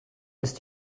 ist